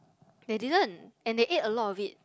they didn't and they ate a lot of it